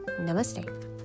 namaste